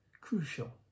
crucial